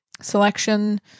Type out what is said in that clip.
selection